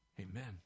Amen